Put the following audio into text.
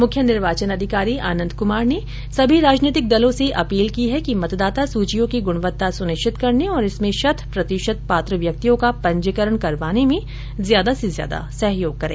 मुख्य निर्वाचन अधिकारी आनंद कुमार ने सभी राजनैतिक दलों से अपील की है कि मतदाता सूचियों की गुणवत्ता सुनिश्चित करने और इसमें शत प्रतिशत पात्र व्यक्तियों का पंजीकरण करवाने में ज्यादा से ज्यादा सहयोग करे